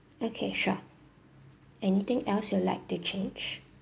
okay sure anything else you'd like to change